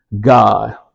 god